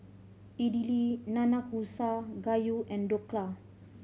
Idili Nanakusa Gayu and Dhokla